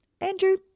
Andrew